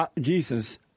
Jesus